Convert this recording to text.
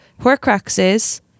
horcruxes